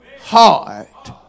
heart